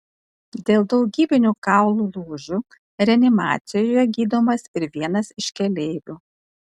dėl daugybinių kaulų lūžių reanimacijoje gydomas ir vienas iš keleivių